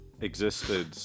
existed